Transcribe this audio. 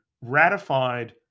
ratified